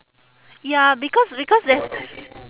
ya because because there's